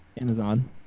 Amazon